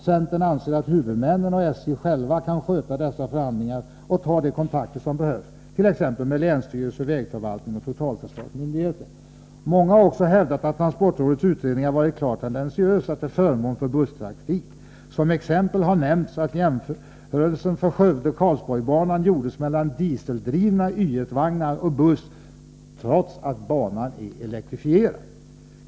Centern anser att huvudmännen och SJ självt skall sköta dessa förhandlingar och ta de kontakter som behövs, t.ex. med länsstyrelser, vägförvaltning och totalförsvarsmyndigheter. Många har också hävdat att transportrådets utredningar har varit klart tendentiösa till förmån för busstrafik. Som exempel har nämnts att jämförelserna i fråga om Skövde-Karlsborgs-banan gjordes mellan dieseldrivna Y 1-vagnar och buss, trots att banan är elektrifierad.